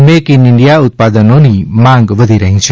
make in India ઉત્પાદનોની માંગ વધી રહી છે